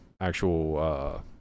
actual